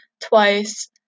twice